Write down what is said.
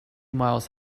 miles